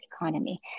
economy